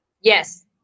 Yes